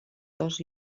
dos